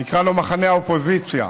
נקרא לו מחנה האופוזיציה,